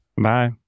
Bye